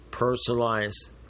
Personalized